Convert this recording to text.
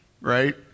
right